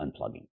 unplugging